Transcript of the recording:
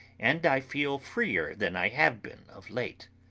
and i feel freer than i have been of late!